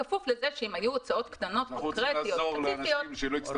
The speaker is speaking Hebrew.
בכפוף לכך שאם היו הוצאות קטנות קונקרטיות ספציפיות --- אנחנו